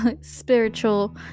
spiritual